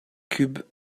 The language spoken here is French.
cubs